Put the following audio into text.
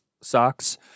socks